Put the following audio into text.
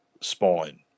spine